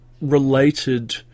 related